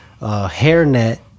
hairnet